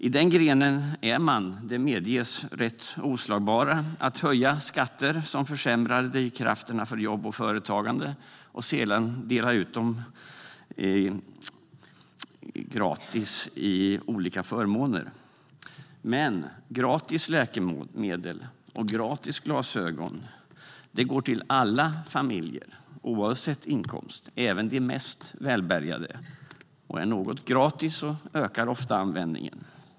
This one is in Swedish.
I den grenen är man - det medges - rätt oslagbar. Man höjer skatter som försämrar drivkrafterna för jobb och företagande och delar sedan ut dem gratis i olika förmåner. Men gratis läkemedel och gratis glasögon går till alla familjer oavsett inkomst, även de mest välbärgade, och är något gratis ökar ofta användningen.